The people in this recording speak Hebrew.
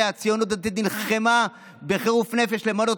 שהציונות דתית נלחמה בחירוף נפש למנות